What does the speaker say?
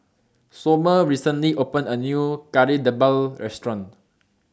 Somer recently opened A New Kari Debal Restaurant